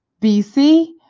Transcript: BC